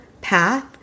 path